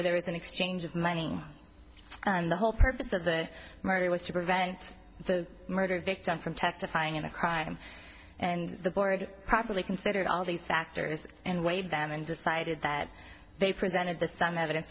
where there was an exchange of mining and the whole purpose of the murder was to prevent the murder victim from testifying in a crime and the board properly considered all these factors and weighed them and decided that they presented the some evidence